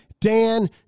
Dan